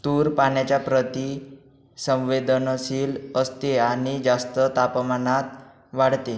तूर पाण्याच्या प्रति संवेदनशील असते आणि जास्त तापमानात वाढते